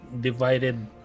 Divided